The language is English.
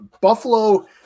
Buffalo